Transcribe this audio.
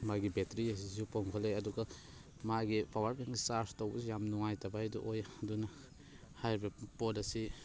ꯃꯥꯒꯤ ꯕꯦꯇ꯭ꯔꯤ ꯑꯁꯤꯁꯨ ꯄꯣꯝꯈꯠꯂꯛꯑꯦ ꯑꯗꯨꯒ ꯃꯥꯒꯤ ꯄꯋꯥꯔ ꯕꯦꯡ ꯆꯥꯔꯖ ꯇꯧꯕꯁꯨ ꯌꯥꯝ ꯅꯨꯡꯉꯥꯏꯇꯕ ꯍꯥꯏꯗꯨ ꯑꯣꯏ ꯑꯗꯨꯅ ꯍꯥꯏꯔꯤꯕ ꯄꯣꯠ ꯑꯁꯤ